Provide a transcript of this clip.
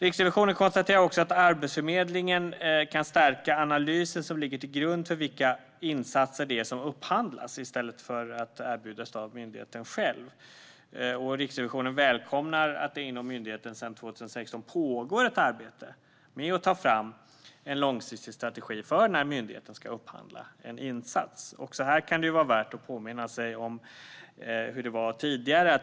Riksrevisionen konstaterar också att Arbetsförmedlingen kan stärka analysen som ligger till grund för vilka insatser det är som upphandlas i stället för att erbjudas av myndigheten själv. Riksrevisionen välkomnar att det inom myndigheten sedan 2016 pågår ett arbete med att ta fram en långsiktig strategi för när myndigheten ska upphandla en insats. Också här kan det vara värt att påminna sig om hur det var tidigare.